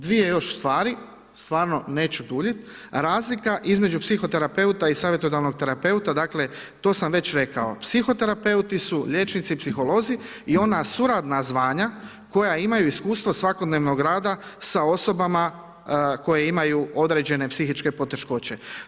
Dvije još stvari, stvarno neću duljiti, razlika između psihoterapeuta i savjetodavnog terapeuta, dakle, to sam već rekao, psihoterapeuti su liječnici, psiholozi i ona suradnja zvanja, koja imaju iskustva svakodnevnog rada sa osobama koje imaju određene psihičke poteškoće.